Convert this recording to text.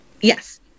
Yes